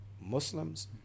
Muslims